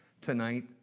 tonight